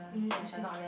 is it